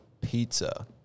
pizza